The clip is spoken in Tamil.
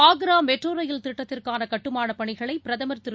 ஆக்ராமெட்ரோரயில் திட்டத்திற்கானகட்டுமானப் பணிகளைபிரதமர் திரு